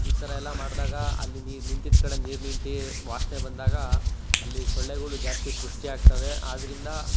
ಈ ಥರಯೆಲ್ಲ ಮಾಡಿದಾಗ ಅಲ್ಲಿ ನೀರು ನಿಂತಿದ್ದ ಕಡೆ ನೀರು ನಿಂತು ವಾಸನೆ ಬಂದಾಗ ಅಲ್ಲಿ ಸೊಳ್ಳೆಗಳು ಜಾಸ್ತಿ ಸೃಷ್ಟಿಯಾಗ್ತವೆ ಆದ್ರಿಂದ